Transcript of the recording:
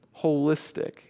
holistic